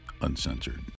Uncensored